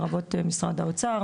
משרד האוצר,